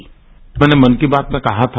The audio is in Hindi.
एक बार मैंने मन की बात में कहा था